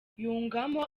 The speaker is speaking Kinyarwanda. yungamo